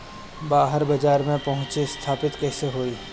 बाहर बाजार में पहुंच स्थापित कैसे होई?